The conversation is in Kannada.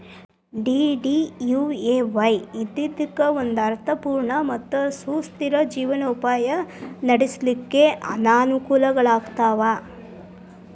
ಡಿ.ಡಿ.ಯು.ಎ.ವಾಯ್ ಇದ್ದಿದ್ದಕ್ಕ ಒಂದ ಅರ್ಥ ಪೂರ್ಣ ಮತ್ತ ಸುಸ್ಥಿರ ಜೇವನೊಪಾಯ ನಡ್ಸ್ಲಿಕ್ಕೆ ಅನಕೂಲಗಳಾಗ್ತಾವ